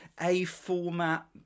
A-format